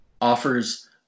offers